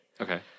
Okay